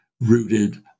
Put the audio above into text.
rooted